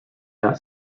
not